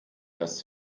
lässt